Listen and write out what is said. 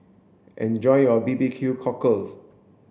enjoy your B B Q cockle